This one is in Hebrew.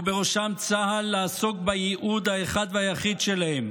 ובראשם צה"ל, לעסוק בייעוד האחד והיחיד שלהם,